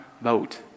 vote